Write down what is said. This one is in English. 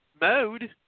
mode